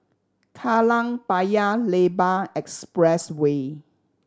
Kallang Paya Lebar Expressway